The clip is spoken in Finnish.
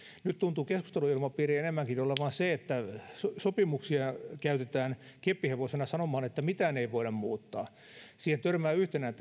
nyt tuntuu keskusteluilmapiiri enemmänkin olevan se että sopimuksia käytetään keppihevosena sanomaan että mitään ei voida muuttaa tähän retoriikkaan törmää yhtenään